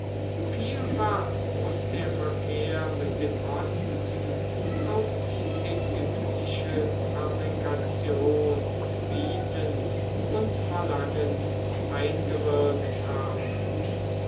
vielfach muß der verkehr mit dem osten auf die ägyptische fabrikation bietend und verlangend eingewirkt haben